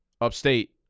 Upstate